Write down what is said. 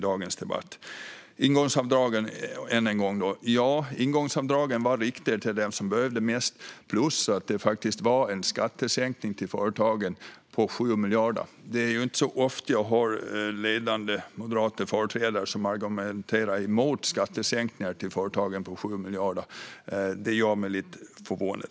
Än en gång när det gäller ingångsavdragen: De var riktade till dem som behövde dem mest. Det var även en skattesänkning till företagen på 7 miljarder kronor. Det är inte så ofta som jag hör ledande moderata företrädare som argumenterar mot skattesänkningar till företagen på 7 miljarder kronor. Det gör mig lite förvånad.